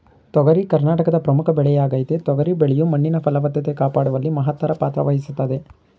ತೊಗರಿ ಕರ್ನಾಟಕದ ಪ್ರಮುಖ ಬೆಳೆಯಾಗಯ್ತೆ ತೊಗರಿ ಬೆಳೆಯು ಮಣ್ಣಿನ ಫಲವತ್ತತೆ ಕಾಪಾಡುವಲ್ಲಿ ಮಹತ್ತರ ಪಾತ್ರವಹಿಸ್ತದೆ